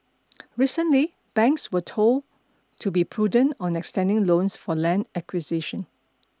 recently banks were told to be prudent on extending loans for land acquisition